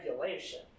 regulation